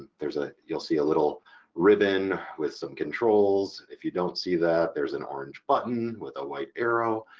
there's a. you'll see a little ribbon with some controls, if you don't see that there's an orange button with a white arrow.